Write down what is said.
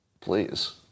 please